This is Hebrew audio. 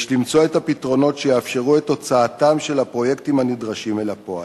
יש למצוא את הפתרונות שיאפשרו את הוצאתם של הפרויקטים הנדרשים אל הפועל.